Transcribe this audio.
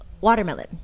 watermelon